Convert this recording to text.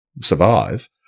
survive